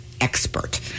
expert